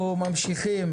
אנחנו ממשיכים